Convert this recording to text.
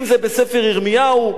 אם זה בספר ירמיהו.